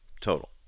total